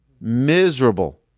Miserable